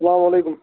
السلامُ علیکُم